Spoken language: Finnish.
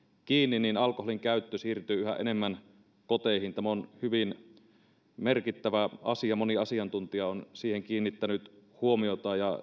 kiinni niin alkoholinkäyttö siirtyy yhä enemmän koteihin tämä on hyvin merkittävä asia moni asiantuntija on siihen kiinnittänyt huomiota ja